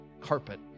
carpet